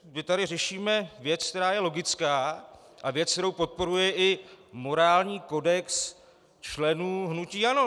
My tady řešíme věc, která je logická, a věc, kterou podporuje i morální kodex členů hnutí ANO.